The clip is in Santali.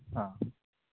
ᱚ